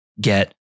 get